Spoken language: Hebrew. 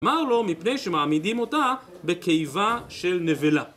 אמר לו מפני שמעמידים אותה בקיבה של נבלה